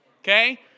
okay